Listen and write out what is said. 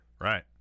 Right